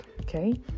okay